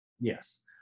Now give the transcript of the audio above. Yes